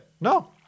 No